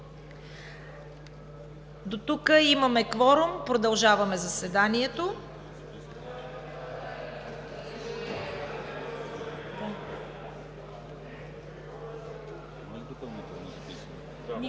Дотук имаме кворум, продължаваме заседанието.